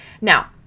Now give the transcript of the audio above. Now